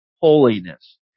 holiness